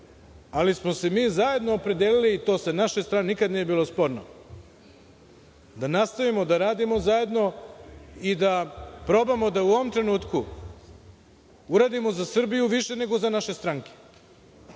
ali smo se mi zajedno opredelili, i to sa naše strane nikad nije bilo sporno, da nastavimo da radimo zajedno i da probamo da u ovom trenutku uradimo za Srbiju više nego za naše stranke,